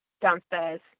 downstairs